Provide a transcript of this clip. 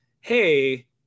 hey